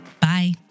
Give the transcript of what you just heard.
Bye